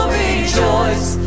rejoice